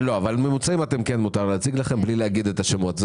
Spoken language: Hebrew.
אבל ממוצעים מותר לכם להציג בלי להגיד את השמות.